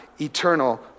eternal